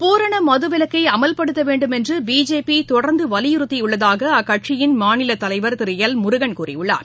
பூரணமதுவிலக்கைஅமல்படுத்தவேண்டும் என்றுபிஜேபிதொடர்ந்துவலியுறுத்தியுள்ளதாகஅக்கட்சியின் மாநிலத்தலைவர் திருமுருகன் கூறியுள்ளார்